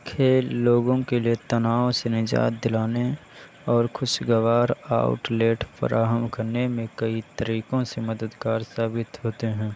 کھیل لوگوں کے لیے تناؤ سے نجات دلانے اور خوشگوار آؤٹ لیٹ فراہم کرنے میں کئی طریقوں سے مددگار ثابت ہوتے ہیں